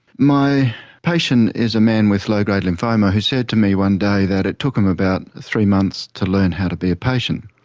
my patient is a man with low grade lymphoma who said to me one day that it took him about three months to learn how to be a patient,